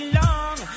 long